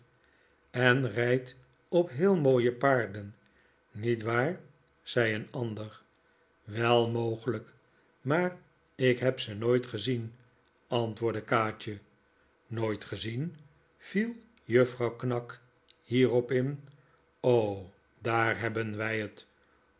en rijdt op heel mooie paarden niet waar zei een ander wel mogelijk maar ik heb ze nooit gezien antwoordde kaatje nooit gezien viel juffrouw knag bierop in daar hebben wij het